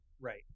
Right